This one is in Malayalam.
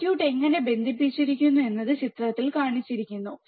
സർക്യൂട്ട് എങ്ങനെ ബന്ധിപ്പിച്ചിരിക്കുന്നു എന്നത് ചിത്രത്തിൽ കാണിച്ചിരിക്കുന്നു